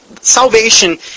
salvation